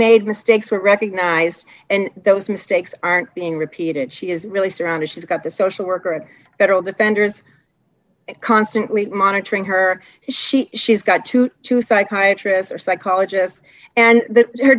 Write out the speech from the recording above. made mistakes were recognized and those mistakes aren't being repeated she is really surrounded she's got the social worker at federal defenders constantly monitoring her she she's got two to psychiatrists or psychologists and her